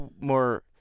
more